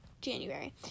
January